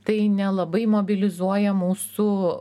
tai nelabai mobilizuoja mūsų